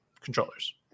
controllers